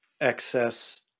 excess